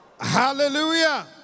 Hallelujah